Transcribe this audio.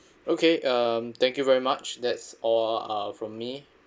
okay um thank you very much that's all uh from me